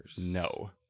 No